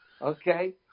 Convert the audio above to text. Okay